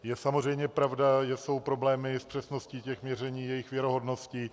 Je samozřejmě pravda, že jsou problémy s přesností měření, s jejich věrohodností atd.